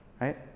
Right